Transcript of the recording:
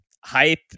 hype